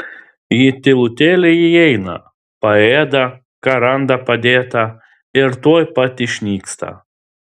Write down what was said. ji tylutėliai įeina paėda ką randa padėta ir tuoj pat išnyksta